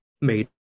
made